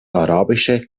arabische